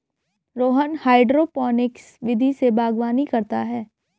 Rohan hydroponics विधि से बागवानी करता है